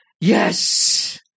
yes